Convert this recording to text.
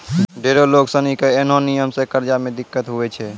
ढेरो लोग सनी के ऐन्हो नियम से कर्जा मे दिक्कत हुवै छै